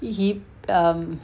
he um